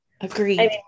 Agreed